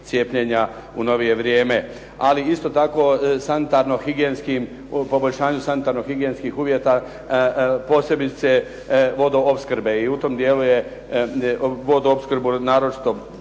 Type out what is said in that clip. u novine vrijeme. Ali isto tako sanitarno-higijenskim poboljšanju sanitarno-higijenskih uvjeta posebice vodoopskrge. I u tom dijelu je vodoopskrba naročito